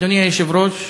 אדוני היושב-ראש,